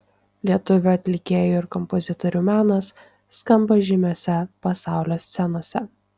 lietuvių atlikėjų ir kompozitorių menas skamba žymiose pasaulio scenose